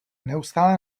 neustále